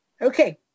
Okay